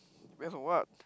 based on what